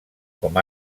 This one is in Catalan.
com